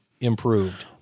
improved